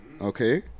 okay